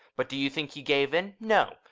but do you think he gave in? no,